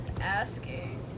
asking